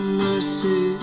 mercy